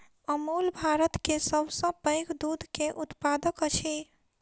अमूल भारत के सभ सॅ पैघ दूध के उत्पादक अछि